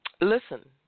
listen